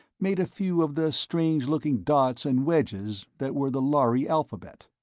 made a few of the strange-looking dots and wedges that were the lhari alphabet.